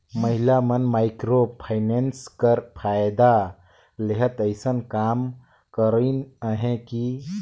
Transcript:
महिला मन micro finance कर फएदा लेहत अइसन काम करिन अहें कि